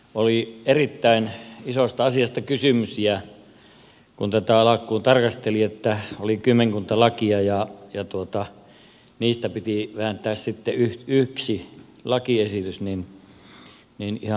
oli erittäin isosta asiasta kysymys ja kun tätä alkuun tarkasteli oli kymmenkunta lakia ja niistä piti vääntää sitten yksi lakiesitys niin ihan alkuun hirvitti